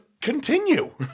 continue